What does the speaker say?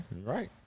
right